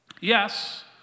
Yes